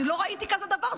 אני לא ראיתי כזה דבר.